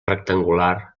rectangular